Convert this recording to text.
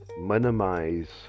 minimize